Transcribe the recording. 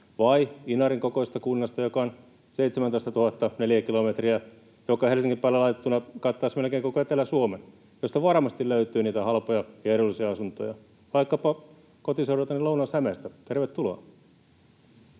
vai Inarin kokoisesta kunnasta, joka on 17 000 neliökilometriä, joka Helsingin päälle laitettuna kattaisi melkein koko Etelä-Suomen, josta varmasti löytyy niitä halpoja ja edullisia asuntoja, vaikkapa kotiseudultani Lounais-Hämeestä, tervetuloa.